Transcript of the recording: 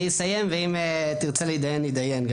אני אסיים ואם תרצה להתדיין, נתדיין.